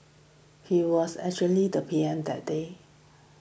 he was actually the P M that day